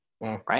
Right